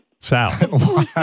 Sal